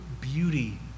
beauty